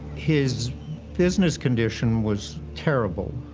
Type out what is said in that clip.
his business condition was terrible,